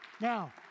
Now